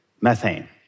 methane